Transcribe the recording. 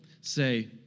say